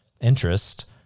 interest